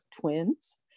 twins